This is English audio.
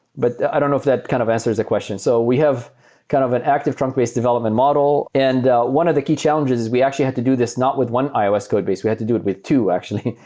but i don't know if that kind of answers a question. so we have kind of an active trunk based development model, and one of the key challenges is we actually had to do this not with one ios codebase. we had to do it with two actually.